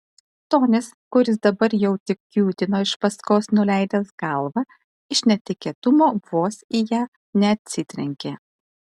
tonis kuris dabar jau tik kiūtino iš paskos nuleidęs galvą iš netikėtumo vos į ją neatsitrenkė